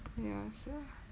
ya sia